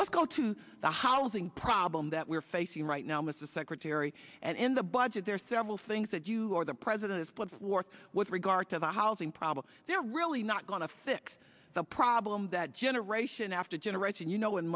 let's go to the housing problem that we're facing right now with the secretary and the budget there are several things that you or the president has put floor with regard to the housing problem they're really not going to fix the problem that generation after generation you know in